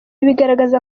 bigaragaza